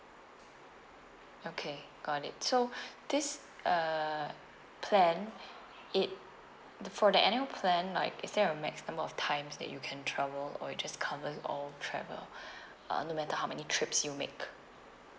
okay got it so this uh plan it for the annual plan like is there a maximum of times that you can travel or it just covers all travel uh no matter how many trips you make